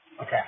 Okay